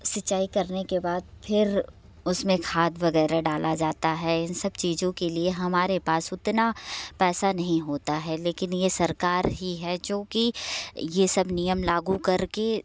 सिंचाई करने के बाद फिर खाद वगैरह डाला जाता है इन सब चीज़ों के लिए हमारे पास उतना पैसा नहीं होता है लेकिन ये सरकार ही है जो कि ये सब नियम लागू कर के